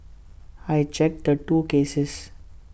I checked the two cases